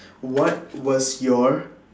what was your